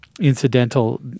incidental